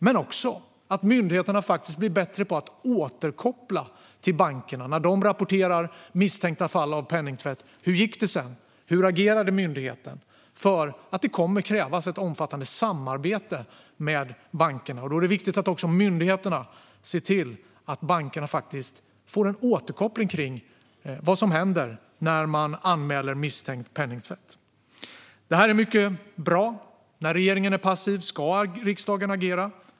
Myndigheterna måste också bli bättre på att återkoppla till bankerna när de rapporterar misstänkta fall av penningtvätt. Hur gick det sedan? Hur agerade myndigheten? Det kommer att krävas ett omfattande samarbete med bankerna. Då är det viktigt att myndigheterna ser till att bankerna får återkoppling om vad som händer när man anmäler misstänkt penningtvätt. Det här är mycket bra. När regeringen är passiv ska riksdagen agera.